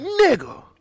nigga